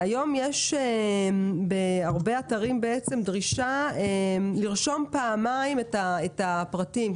היום בהרבה אתרים יש דרישה לרשום פעמיים את הפרטים,